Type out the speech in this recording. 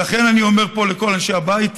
ולכן, אני אומר פה לכל אנשי הבית: